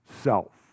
self